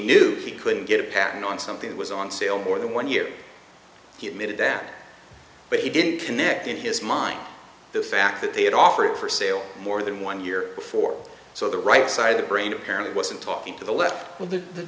knew he couldn't get a patent on something that was on sale more than one year he admitted that but he didn't connect in his mind the fact that they had offered for sale more than one year before so the right side of the brain apparently wasn't talking to the left with the